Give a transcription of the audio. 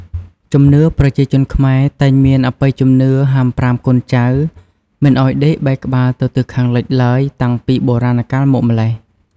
ជំនឿប្រជាជនខ្មែរ តែងមានអបិយជំនឿហាមប្រាមកូនចៅមិនឱ្យដេកបែរក្បាលទៅទិសខាងលិចឡើយតាំងពីបុរាណកាលមកម្ល៉េះ។